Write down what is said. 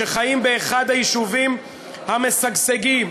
שחיים באחד היישובים המשגשגים,